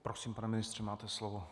Prosím, pane ministře, máte slovo.